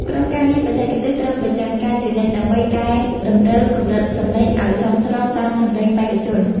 ក្រុមការងារបច្ចេកទេសត្រូវប្រចាំការជានិច្ចដើម្បីកែតម្រូវកម្រិតសម្លេងឱ្យសមស្របតាមសម្លេងបេក្ខជន។